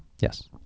Yes